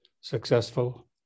successful